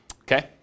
okay